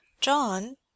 John